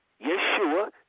Yeshua